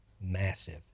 massive